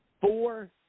four